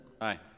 aye